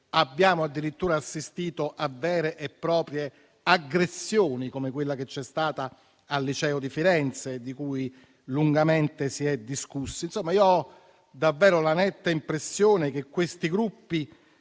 Abbiamo addirittura assistito a vere e proprie aggressioni, come quella che c'è stata davanti a un liceo di Firenze di cui lungamente si è discusso. Ho davvero la netta impressione che questi gruppi